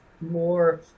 more